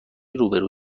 روبرو